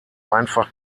einfach